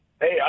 Hey